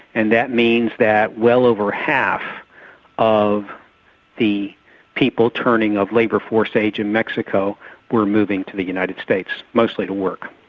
and that means that well over half of the people turning of labour force age in mexico were moving to the united states, mostly to work.